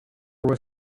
was